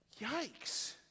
Yikes